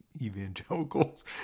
evangelicals